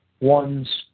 one's